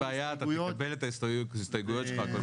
אין בעיה, תקבל את ההסתייגויות שלך.